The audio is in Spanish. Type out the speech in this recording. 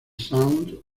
sound